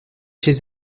chez